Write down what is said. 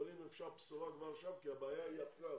אבל אם אפשר בשורה כבר עכשיו כי הבעיה היא עכשיו,